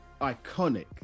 iconic